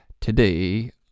today